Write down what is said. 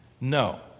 No